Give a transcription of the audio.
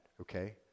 okay